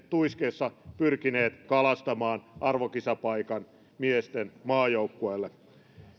tuiskeessa pyrkineet kalastamaan arvokisapaikan miesten maajoukkueelle